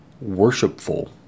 worshipful